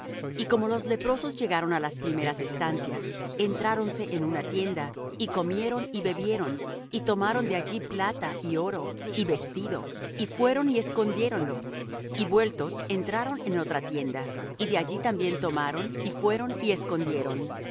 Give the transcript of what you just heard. y como los leprosos llegaron á las primeras estancias entráronse en una tienda y comieron y bebieron y tomaron de allí plata y oro y vestido y fueron y escondiéronlo y vueltos entraron en otra tienda y de allí también tomaron y fueron y escondieron